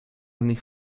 nich